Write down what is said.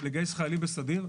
חיילים בסדיר,